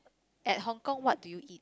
at Hong-Kong what did you eat